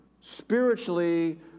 spiritually